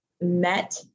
met